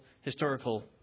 historical